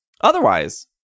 otherwise